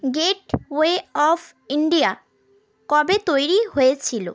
gateway of India কবে তৈরি হয়েছিল